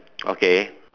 okay